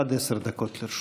עד עשר דקות לרשותך.